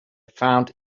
found